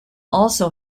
also